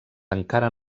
encara